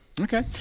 Okay